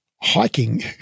Hiking